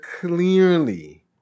clearly